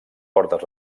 portes